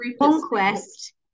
Conquest